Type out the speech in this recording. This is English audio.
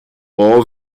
all